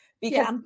because-